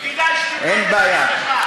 כדאי שתבדוק, אין בעיה.